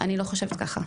אני לא חושבת ככה.